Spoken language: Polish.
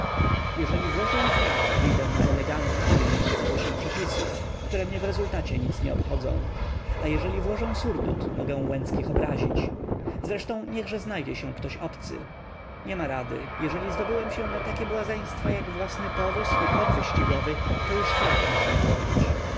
jeżeli włożę frak wyjdę na eleganta pilnującego się przepisów które mnie w rezultacie nic nie obchodzą a jeżeli włożę surdut mogę łęckich obrazić zresztą niechże znajdzie się ktoś obcy niema rady jeżeli zdobyłem się na takie błazeństwa jak własny powóz i koń wyścigowy to już frak muszę włożyć